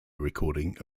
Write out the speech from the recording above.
recording